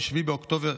7 באוקטובר,